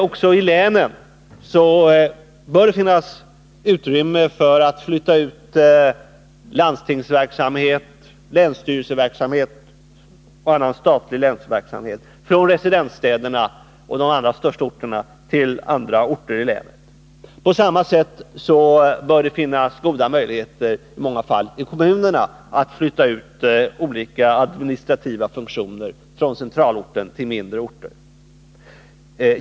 Även i länen bör det finnas utrymme för en utflyttning av landstingsverksamhet, länsstyrelseverksamhet och annan statlig länsverksamhet från residensstäderna och de allra största orterna till andra orter i länet. På samma sätt bör det i många fall finnas goda möjligheter att i kommunerna flytta ut olika administrativa funktioner från centralorten till mindre orter.